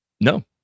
No